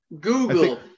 Google